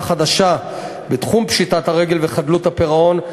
חדשה בתחום פשיטת הרגל וחדלות הפירעון,